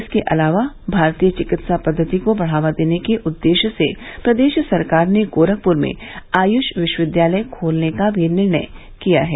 इसके अलावा भारतीय चिकित्सा पद्वति को बढ़ावा देने के उद्देश्य से प्रदेश सरकार ने गोरखपुर में आयुष विश्वविद्यालय खोलने का भी निर्णय किया है